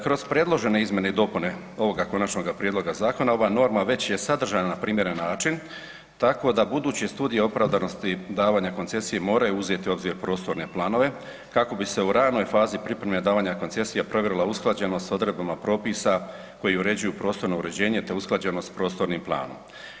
Kroz predložene izmjene i dopune ovoga konačnoga prijedloga zakona, ova norma već je sadržajna na primjeren način tako da buduće studije opravdanosti davanja koncesije moraju uzeti u obzir prostorne planove kako bi se u ranoj fazi pripreme davanja koncesija provjerila usklađenost sa odredbama propisa koji uređuju prostorno uređenje te usklađenost s prostornim planom.